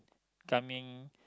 coming